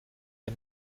den